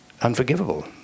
unforgivable